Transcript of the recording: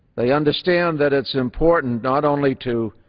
they understand that it's important not only to